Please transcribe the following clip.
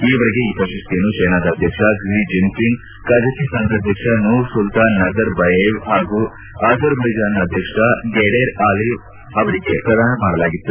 ಈ ವರೆಗೆ ಈ ಪ್ರಶಸ್ತಿಯನ್ನು ಚೈನಾದ ಅಧ್ಯಕ್ಷ ಕ್ಷೆ ಜಿನ್ಪಿಂಗ್ ಕಜಕಿಸ್ತಾನದ ಅಧ್ಯಕ್ಷ ನೂರ್ಸುಲ್ತಾನ್ ನಜರ್ಬಯೇವ್ ಪಾಗೂ ಅಜರ್ ಬೈಜಾನ್ನ ಅಧ್ಯಕ್ಷ ಗೇಡರ್ ಅಲ್ವೈ ಅವರಿಗೆ ಪ್ರದಾನ ಮಾಡಲಾಗಿತ್ತು